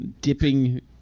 Dipping